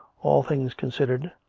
all things considered,